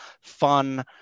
fun